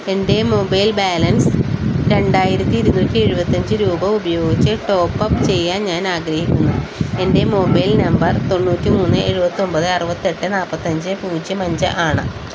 എൻ്റെ mobile balance രണ്ടായിരത്തി ഇരുന്നൂറ്റി എഴുപത്തിയഞ്ച് രൂപ ഉപയോഗിച്ച് ടോപ്പപ്പ് ചെയ്യാൻ ഞാനാഗ്രഹിക്കുന്നു എൻ്റെ മൊബൈൽ നമ്പർ തൊണ്ണൂറ്റി മൂന്ന് എഴുപത്തി ഒന്പത് അറുപത്തിയെട്ട് നാല്പത്തി അഞ്ച് പൂജ്യം അഞ്ച് ആണ്